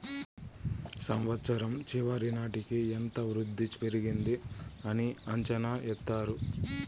సంవచ్చరం చివరి నాటికి ఎంత వృద్ధి పెరిగింది అని అంచనా ఎత్తారు